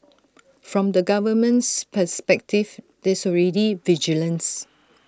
from the government's perspective there's already vigilance